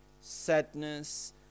sadness